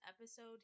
episode